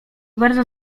bardzo